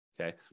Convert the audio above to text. okay